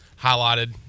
highlighted